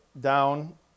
down